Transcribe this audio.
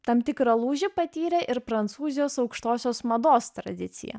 tam tikrą lūžį patyrė ir prancūzijos aukštosios mados tradicija